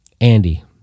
Andy